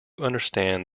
understand